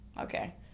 Okay